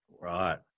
right